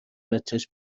بچش